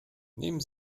nehmen